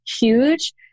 huge